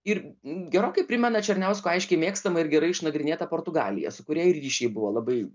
ir gerokai primena černiausko aiškiai mėgstamą ir gerai išnagrinėtą portugaliją su kuria ir ryšiai buvo labai